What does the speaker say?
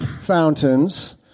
fountains